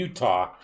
Utah